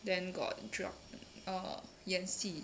then got dra~ err 演戏